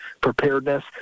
preparedness